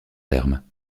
terme